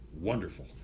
Wonderful